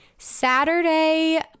Saturday